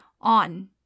on